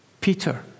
Peter